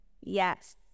Yes